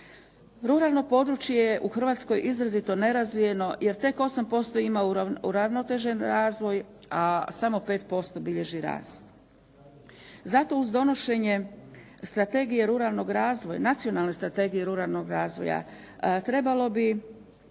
Ruralno područje u Hrvatskoj je izrazito nerazvijeno jer tek 8% ima uravnotežen razvoj a samo 5% bilježi rast. Zato uz donošenje Nacionalne strategije ruralnog razvoja trebalo bi